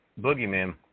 Boogeyman